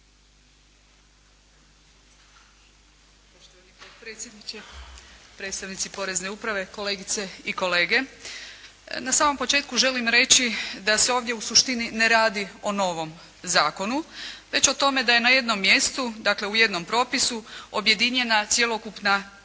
Na samom početku želim reći da se ovdje u suštini ne radi o novom zakonu, već o tome da je na jednom mjestu, dakle u jednom propisu, objedinjena cjelokupna aktualna